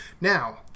Now